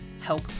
help